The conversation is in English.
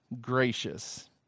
gracious